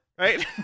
right